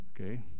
Okay